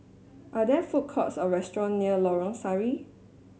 are there food courts or restaurants near Lorong Sari